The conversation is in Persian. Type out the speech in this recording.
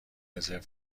رزرو